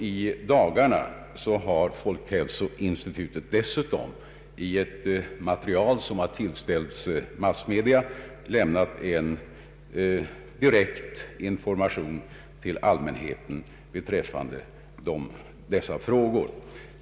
I dagarna har folkhälsoinstitutet dessutom i material som tillställts massmedia lämnat information till allmänheten beträffande dessa frågor.